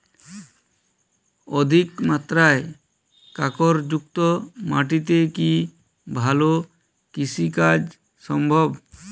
অধিকমাত্রায় কাঁকরযুক্ত মাটিতে কি ভালো কৃষিকাজ সম্ভব?